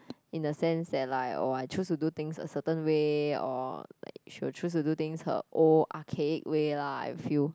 in a sense that like oh I choose to do things a certain way or like she will choose to do things her own archaic way lah I feel